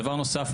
דבר נוסף,